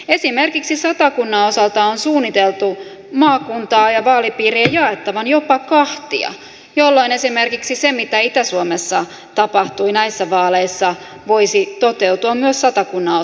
esimerkiksi satakunnan osalta on suunniteltu maakuntaa ja vaalipiiriä jaettavan jopa kahtia jolloin esimerkiksi se mitä itä suomessa tapahtui näissä vaaleissa voisi toteutua myös satakunnan osalta